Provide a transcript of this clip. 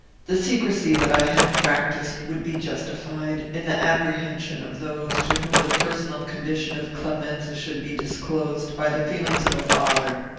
the secrecy that i had practised would be justified, in the apprehension of those to whom the personal condition of clemenza should be disclosed, by the feelings of a father.